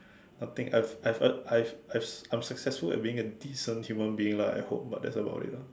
something I've I've uh I I I'm successful at being a decent human being lah I hope but that's about it lah